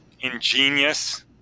ingenious